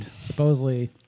supposedly